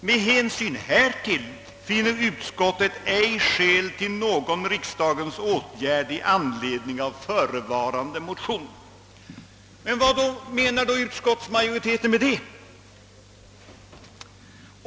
Med hänsyn härtill finner utskottet ej skäl till någon riksdagens åtgärd i anledning av förevarande motioner.» Men vad menar då utskottet med det?